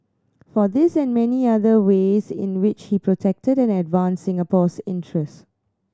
for this and many other ways in which he protected and advanced Singapore's interest